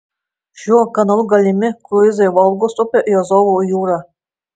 šiuo kanalu galimi kruizai volgos upe į azovo jūrą